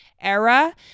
era